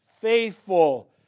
faithful